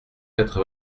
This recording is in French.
quatre